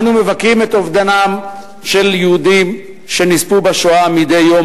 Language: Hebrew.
אנו מבכים את אובדנם של יהודים שנספו בשואה מדי יום,